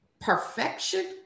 perfection